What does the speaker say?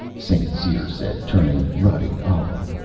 st. cyr said, turning ruddy olive.